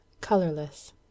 colorless